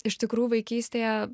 iš tikrų vaikystėje